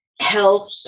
health